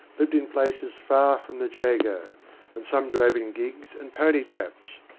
lived in places far from the jago, and some drove in gigs and pony traps.